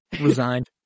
resigned